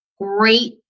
great